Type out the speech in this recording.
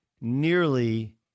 nearly